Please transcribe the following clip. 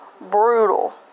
brutal